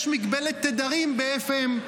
יש מגבלת תדרים ב-FM.